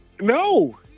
No